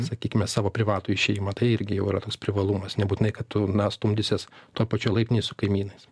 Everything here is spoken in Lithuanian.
sakykime savo privatų išėjimą tai irgi jau yra toks privalumas nebūtinai kad tu na stumdysies tuo pačiu laiptinėj kaimynais